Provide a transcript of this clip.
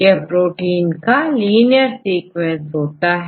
यह प्रोटीन का linear sequence होता है